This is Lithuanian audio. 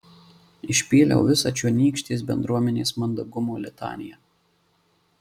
išpyliau visą čionykštės bendruomenės mandagumo litaniją